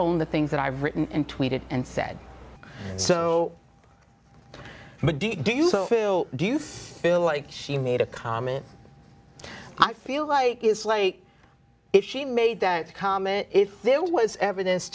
own the things that i've written and tweeted and said so what do you feel do you feel like she made a comment i feel like it's like if she made that comment if there was evidence